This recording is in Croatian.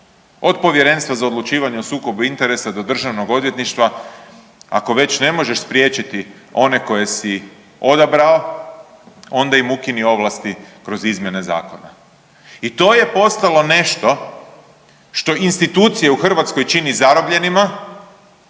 od Povjerenstva za odlučivanje o sukobu interesa do državnog odvjetništva ako već ne možeš spriječiti one koje si odabrao onda im ukini ovlasti kroz izmjene zakona. I to je postalo nešto što institucije u Hrvatskoj čini zarobljenima,